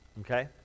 Okay